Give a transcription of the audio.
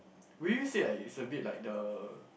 would you say like it's a bit like the